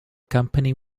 company